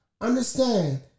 Understand